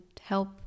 help